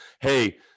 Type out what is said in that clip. hey